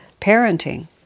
parenting